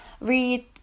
read